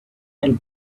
and